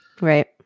right